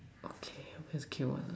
okay we'll queue one